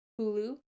Hulu